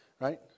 right